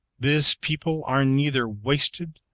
this people are neither wasted,